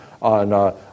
on